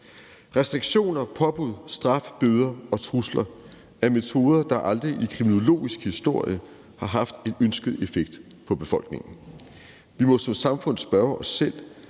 Restriktioner, påbud, straf, bøder og trusler er metoder der aldrig i kriminologisk historie har haft en ønsket effekt på befolkningen. Vi må som samfund spørge os selv,